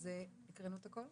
אז הקראנו את הכל?